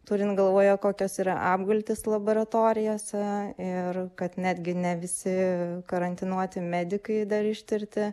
turint galvoje kokios yra apgultys laboratorijose ir kad netgi ne visi karantinuoti medikai dar ištirti